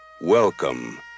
welcome